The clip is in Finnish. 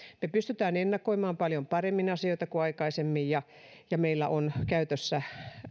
me pystymme ennakoimaan paljon paremmin asioita kuin aikaisemmin ja ja meillä on käytössä